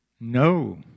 No